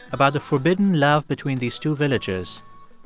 about the forbidden love between these two villages,